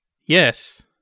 Yes